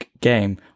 game